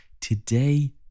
Today